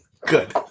Good